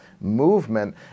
movement